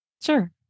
sure